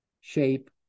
shape